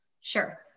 Sure